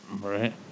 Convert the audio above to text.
Right